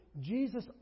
Jesus